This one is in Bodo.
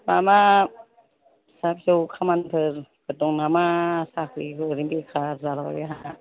माबा फिसा फिसौ खामानिफोर दं नामा साख्रिबो ओरैनो बेखार जाबाय आंहा